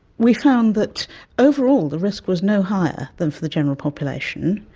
we found that overall the risk was no higher than for the general population.